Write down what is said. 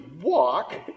walk